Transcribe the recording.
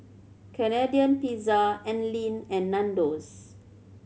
Canadian Pizza Anlene and Nandos